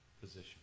position